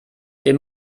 den